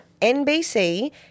NBC